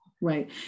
right